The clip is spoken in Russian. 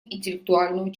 интеллектуальную